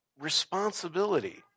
responsibility